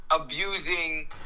abusing